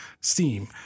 Steam